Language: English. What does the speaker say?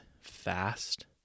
fast